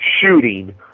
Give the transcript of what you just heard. shooting